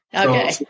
Okay